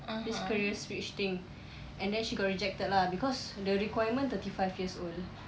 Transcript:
this career switch thing and then she got rejected lah because the requirement thirty five years old